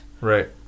Right